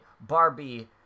Barbie